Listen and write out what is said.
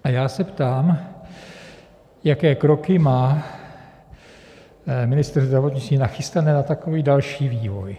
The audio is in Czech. A já se ptám, jaké kroky má ministr zdravotnictví nachystané na takový další vývoj.